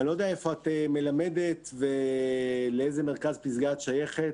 אני לא יודע איפה את מלמדת ולאיזה מרכז פסגה את שייכת.